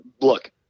look